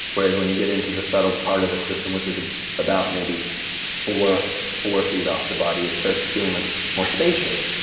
whereas when you get into the subtle part of the system, which is ah about maybe four four feet off the body, it starts feeling like more spacious.